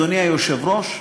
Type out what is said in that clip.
אדוני היושב-ראש,